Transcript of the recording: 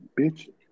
Bitch